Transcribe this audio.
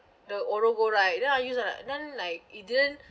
the orogold right then I use uh then like it didn't